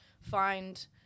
find